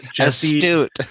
astute